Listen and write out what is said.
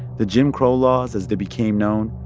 the jim crow laws, as they became known,